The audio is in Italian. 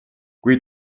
qui